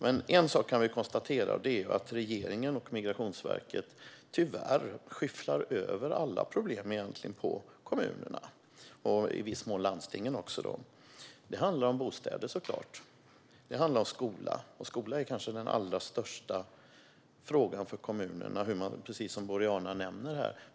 En sak kan vi konstatera, och det är att regeringen och Migrationsverket tyvärr skyfflar över alla problem på kommunerna och i viss mån på landstingen. Det handlar om bostäder och om skola. Skolan är kanske den allra största frågan för kommunerna, precis som Boriana nämner.